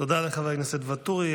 תודה לחבר הכנסת ואטורי.